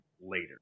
later